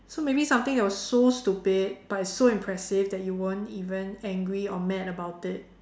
so maybe something that was so stupid but it's so impressive that you weren't even angry or mad about it